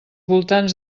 voltants